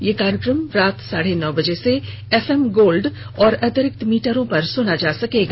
यह कार्यक्रम रात साढे नौ बजे से एफएम गोल्ड और अतिरिक्त मीटरों पर सुना जा सकता है